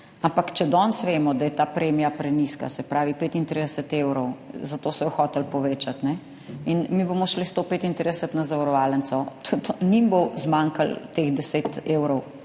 Ampak če danes vemo, da je ta premija prenizka, se pravi 35 evrov, zato so jo hoteli povečati, in bomo mi šli s 35 na zavarovalnico, bo njim zmanjkalo teh 10 evrov,